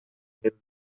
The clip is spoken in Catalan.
mil